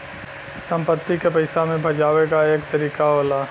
संपत्ति के पइसा मे भजावे क एक तरीका होला